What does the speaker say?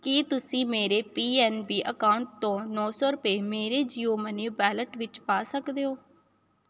ਕੀ ਤੁਸੀਂ ਮੇਰੇ P N B account ਤੋਂ ਨੌਂ ਸੌ ਰੁਪਏ ਮੇਰੇ ਜੀਓ ਮਨੀ ਵਾਲਿਟ ਵਿੱਚ ਪਾ ਸਕਦੇ ਹੋ